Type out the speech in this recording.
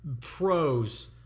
Pros